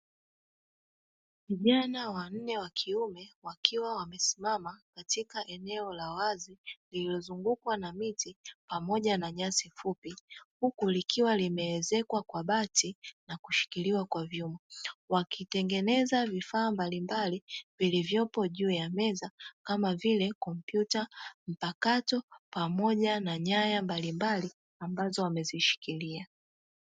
Vijana wanne wa kiume wakiwa wamesimama katika eneo la wazi lililozungukwa na miti pamoja na nyasi fupi, huku likiwa limeezekwa kwa bati na kushikiliwa kwa vyuma wakitengeneza vifaa mbalimbali vilivyopo juu ya meza kama vile kompyuta mpakato pamoja na nyaya mbalimbali ambazo wamezishikilia.